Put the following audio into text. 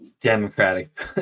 Democratic